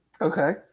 Okay